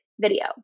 video